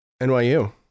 nyu